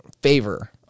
favor